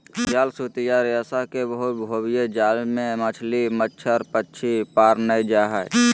जाल सूत या रेशा के व्यूह होवई हई जाल मे मछली, मच्छड़, पक्षी पार नै जा हई